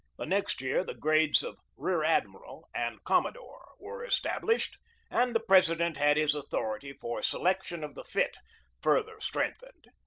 the next year the grades of rear-admiral and commodore were established and the president had his authority for selection of the fit further strength ened.